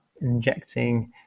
injecting